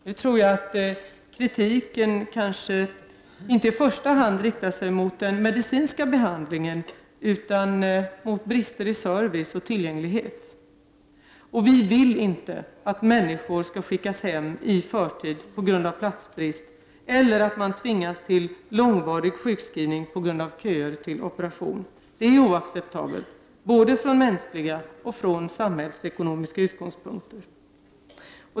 Denna kritik riktar sig kanske inte i första hand mot den medicinska behandlingen utan mot brister i service och tillgänglighet. Vi vill inte att människor skall skickas hem i förtid på grund av platsbrist eller att patienter tvingas till långvarig sjukskrivning på grund av operationsköer. Detta är oacceptabelt både från mänskliga och från samhällsekonomiska utgångspunkter.